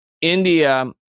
India